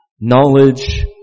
Knowledge